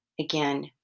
again